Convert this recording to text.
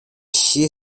she